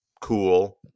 cool